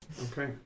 Okay